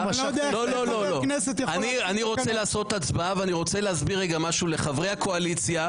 אני רוצה לעשות הצבעה ואני רוצה להסביר משהו לחברי הקואליציה,